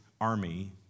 army